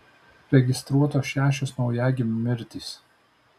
registruotos šešios naujagimių mirtys